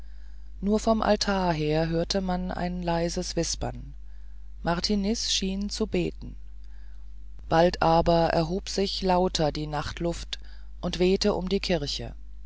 nur vom altar her hörte man ein leises wispern martiniz schien zu beten bald aber erhob sich lauter die nachtluft und wehte um die kirche